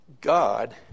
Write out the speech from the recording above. God